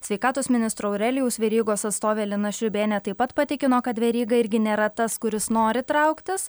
sveikatos ministro aurelijaus verygos atstovė lina šriūbėnė taip pat patikino kad veryga irgi nėra tas kuris nori trauktis